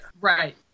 Right